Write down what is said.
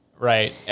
Right